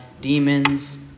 demons